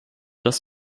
das